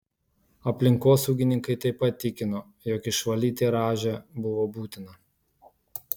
aplinkosaugininkai taip pat tikino jog išvalyti rąžę buvo būtina